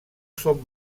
són